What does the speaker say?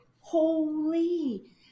holy